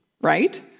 right